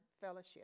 fellowship